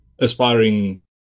aspiring